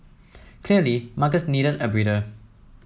clearly markets needed a breather